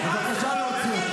תתבייש לך.